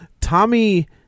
Tommy